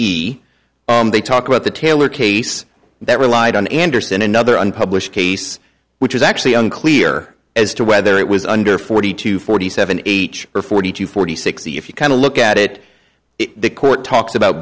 he they talk about the taylor case that relied on andersen another unpublished case which is actually unclear as to whether it was under forty to forty seven eight or forty two forty six if you kind of look at it the court talks about